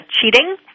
cheating